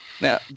Now